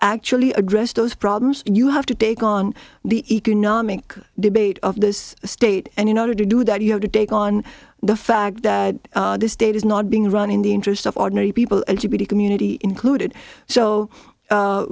actually address those problems you have to take on the economic debate of this state and in order to do that you have to take on the facts that this state is not being run in the interest of ordinary people and should be community included so